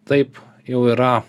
taip jau yra